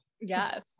Yes